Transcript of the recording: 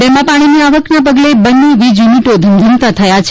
ડેમમાં પાણીની આવકના પગલે બંને વીજ યુનિટો ધમધમતા થયા છે